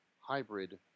hybrid